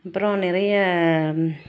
அப்புறம் நிறைய